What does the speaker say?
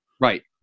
Right